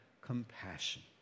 compassion